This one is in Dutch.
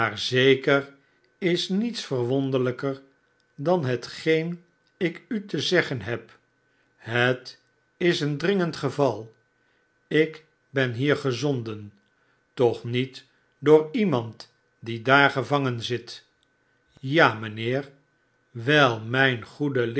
zeker is niets verwonderlijker dan hetgeen ik u te zeggen heb het is een dringend geval ik ben hier gezonden a toch niet door iemand die daar gevangen zit sja mijnheer a wel mijn goede